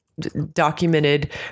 documented